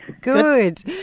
Good